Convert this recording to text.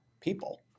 people